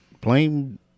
Plain